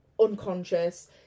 unconscious